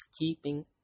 keeping